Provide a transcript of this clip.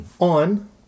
on